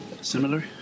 Similar